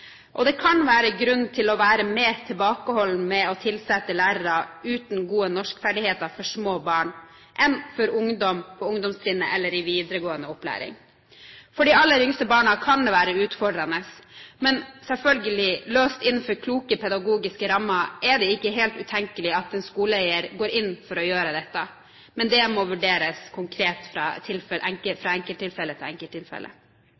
Det kan være grunn til å være mer tilbakeholden med å tilsette lærere uten gode norskferdigheter for små barn enn for ungdom på ungdomstrinnet eller i videregående opplæring. For de aller yngste barna kan det være utfordrende, men selvfølgelig løst innenfor gode pedagogiske rammer er det ikke helt utenkelig at en skoleeier går inn for å gjøre dette. Men det må vurderes konkret fra enkelttilfelle til enkelttilfelle.